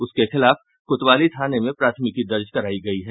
उसके खिलाफ कोतवाली थाने में प्राथमिकी दर्ज करायी गयी है